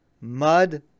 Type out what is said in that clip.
mud